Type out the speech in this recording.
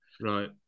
right